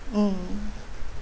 mm